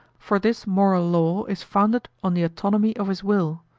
for this moral law is founded on the autonomy of his will,